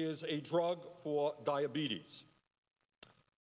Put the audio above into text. is a drug for diabetes